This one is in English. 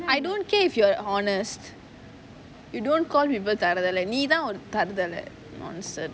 I don't care if you're honest you don't call people தறுதலை நீ தான் ஒரு தறுதலை:tharuthalai nee thaan oru tharuthalai nonsense